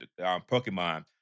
Pokemon